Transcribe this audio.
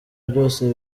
byose